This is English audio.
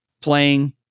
playing